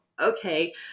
okay